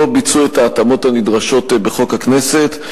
לא ביצעו את ההתאמות הנדרשות בחוק הכנסת,